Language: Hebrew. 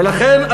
ולכן,